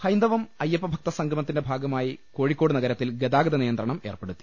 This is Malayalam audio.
ഹൈന്ദവം അയ്യപ്പഭക്ത സംഗമത്തിന്റെ ഭാഗമായി കോഴിക്കോട് നഗരത്തിൽ ഗതാഗത നിയന്ത്രണം ഏർപ്പെട്ടുത്തി